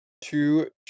two